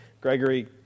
Gregory